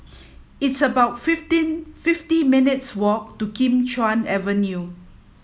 it's about fifteen fifty minutes' walk to Kim Chuan Avenue